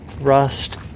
rust